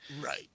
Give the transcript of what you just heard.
Right